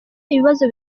ibibazo